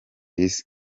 isi